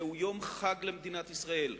זהו יום חג למדינת ישראל,